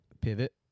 pivot